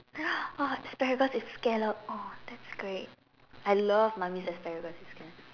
oh asparagus with scallop oh that's great I love mummy's asparagus with scallop